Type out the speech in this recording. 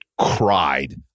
cried